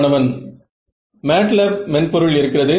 மாணவன் மேட்லேப் மென்பொருள் இருக்கிறது